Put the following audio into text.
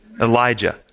Elijah